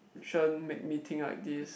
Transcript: Shen made me think like this